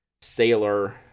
Sailor